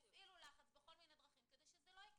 יפעילו לחץ בכל מיני דברים כדי שזה לא יקרה.